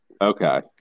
Okay